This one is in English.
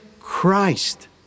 Christ